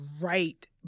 right